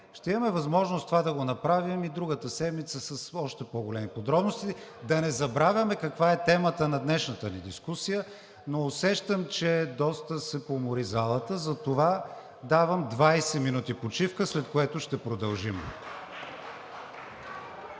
Ще имаме възможност това да го направим и другата седмица с още по-големи подробности. Да не забравяме каква е темата на днешната ни дискусия, но усещам, че доста се поумори залата, затова давам 20 минути почивка, след което ще продължим.